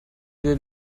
due